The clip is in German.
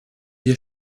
wir